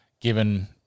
Given